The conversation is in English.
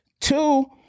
two